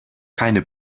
keine